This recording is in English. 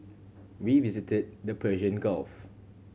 we visited the Persian Gulf